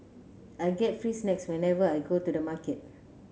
I get free snacks whenever I go to the market